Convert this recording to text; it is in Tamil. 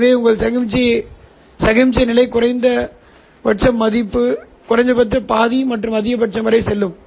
எனவே உங்கள் சமிக்ஞை நிலை குறைந்தபட்ச பாதி மற்றும் அதிகபட்சம் வரை செல்லும்